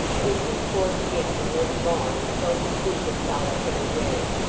issued forth again when they were gone and so pursued his solitary way.